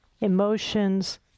emotions